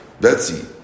Betsy